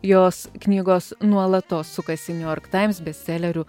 jos knygos nuolatos sukasi new york times bestselerių